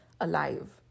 alive